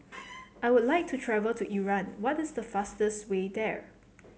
I would like to travel to Iran what is the fastest way there